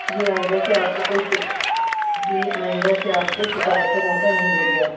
جی آئندہ سے آپ کو کوئی جی آئندہ سے آپ کو شکایت کا موقع نہیں ملے گا